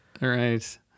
Right